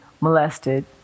molested